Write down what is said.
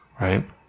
right